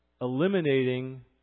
eliminating